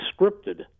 scripted